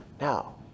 now